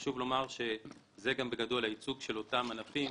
חשוב לומר שזה גם הייצוג של אותם ענפים